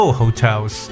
hotels